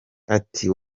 ati